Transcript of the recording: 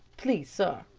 please, sir.